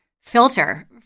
filter